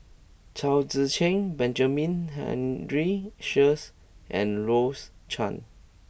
Chao Tzee Cheng Benjamin Henry Sheares and Rose Chan